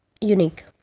unique